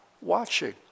watching